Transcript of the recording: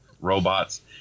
robots